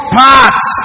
parts